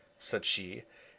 said she.